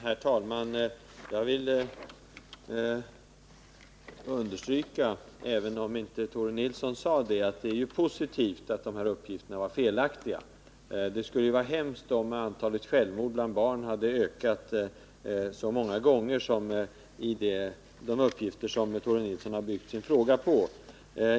Herr talman! Jag vill understryka, även om inte Tore Nilsson sade det, att det är positivt att de här uppgifterna var felaktiga. Det skulle vara hemskt om antalet självmord bland barn hade ökat så mycket som enligt de uppgifter Tore Nilsson byggde sin fråga på.